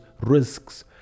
risks